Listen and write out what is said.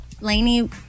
Laney